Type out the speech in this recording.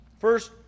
First